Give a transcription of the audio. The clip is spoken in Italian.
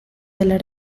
della